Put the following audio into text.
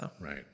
right